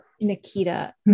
Nikita